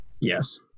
Yes